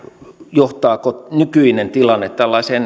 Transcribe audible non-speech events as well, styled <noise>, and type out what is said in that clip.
johtaako nykyinen tilanne tällaiseen <unintelligible>